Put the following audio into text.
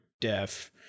deaf